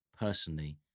personally